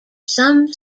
some